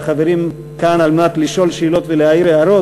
כי אני יודע שהחברים נמצאים כאן על מנת לשאול שאלות ולהעיר הערות.